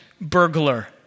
burglar